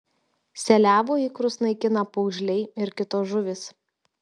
seliavų ikrus naikina pūgžliai ir kitos žuvys